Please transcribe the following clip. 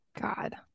God